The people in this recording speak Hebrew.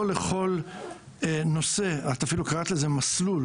לא לכל נושא את אפילו קראת לזה "מסלול"